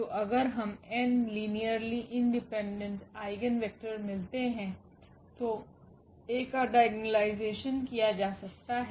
तो अगर हम n linearly independent eigen vector मिलते हैं तो A का डायगोनालायजेशन किया जा सकता है